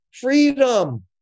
Freedom